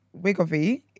Wigovie